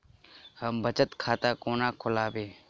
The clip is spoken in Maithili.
हम बचत खाता कोना खोलाबी?